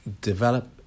develop